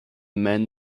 men